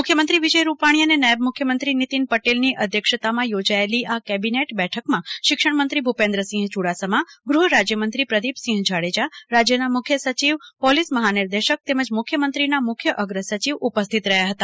મુખ્યમંત્રી વિજય રૂપાણી અને નાયબ મુખ્યમંત્રી નીતિન પટેલની અધ્યક્ષતામાં યોજાયેલી આ કેબીનેટ બેઠકમાં શિક્ષણમંત્રી ભૂપેન્દ્રસિંહ ચુડાસમા ગૃહ રાજ્યમંત્રી પ્રદીપસિંહ જાડેજા રાજ્યના મુખ્ય સચિવ પોલીસ મહાનિર્દેશક તેમજ મુખ્યમંત્રીના મુખ્ય અગ્રસચિવ ઉપસ્થિત રહ્યા હતા